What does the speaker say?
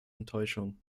enttäuschung